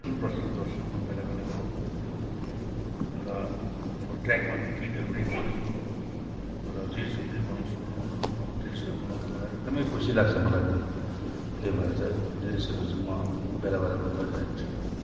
प्रस्तुत गर्छु म बेला बेलामा र म ट्रेकमा गीतहरू पनि गाउँछु र रिल्सहरू पनि बनाउँछु म हो रिल्सहरू बनाउँदा मलाई एकदमै खुसी लाग्छ मलाई एकदम त्यही भएर चाहिँ रिल्सहरू चाहिँ म बेला बेलामा गरिरहन्छु